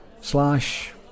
slash